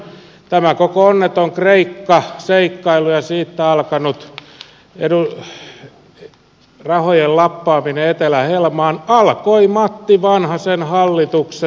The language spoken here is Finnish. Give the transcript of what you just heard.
tämä koko onneton kreikka seikkailu ja siitä alkanut rahojen lappaaminen etelän helmaan alkoi matti vanhasen hallituksesta